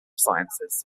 sciences